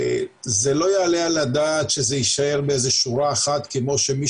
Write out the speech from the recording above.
לא יעלה על הדעת שזה יישאר באיזו שורה אחת כמו שמי